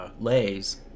lays